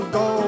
go